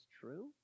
true